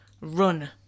run